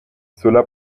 cela